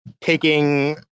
taking